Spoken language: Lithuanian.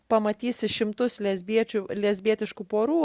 pamatysi šimtus lesbiečių lesbietiškų porų